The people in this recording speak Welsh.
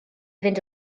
fynd